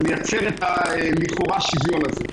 לייצר לכאורה את השוויון הזה?